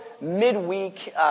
midweek